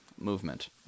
movement